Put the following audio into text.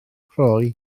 rhoi